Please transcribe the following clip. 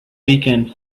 weekend